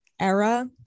era